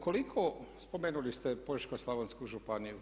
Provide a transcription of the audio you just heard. Ukoliko spomenuli ste Požeško-slavonsku županiju,